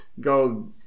go